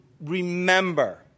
remember